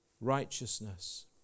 Righteousness